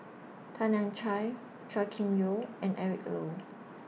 Tan Lian Chye Chua Kim Yeow and Eric Low